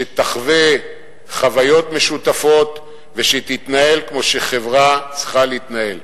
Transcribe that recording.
שתחווה חוויות משותפות ושתתנהל כמו שחברה צריכה להתנהל.